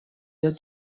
ihr